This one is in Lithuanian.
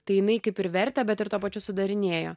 tai jinai kaip ir vertė bet ir tuo pačiu sudarinėjo